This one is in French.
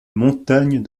montagne